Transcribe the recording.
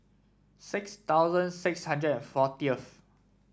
six thousand six hundred and fortieth